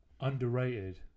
Underrated